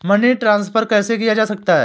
Money transfer कैसे किया जा सकता है?